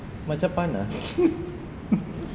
macam panas